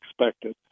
expected